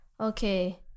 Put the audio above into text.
Okay